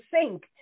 sink